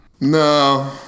No